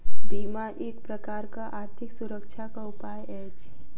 बीमा एक प्रकारक आर्थिक सुरक्षाक उपाय अछि